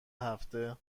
هفته